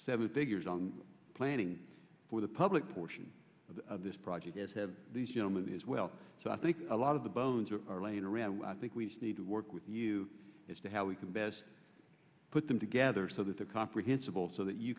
seven figures on planning for the public portion of this project as have these gentlemen as well so i think a lot of the bones are laying around i think we need to work with you as to how we can best put them together so that the comprehensible so that you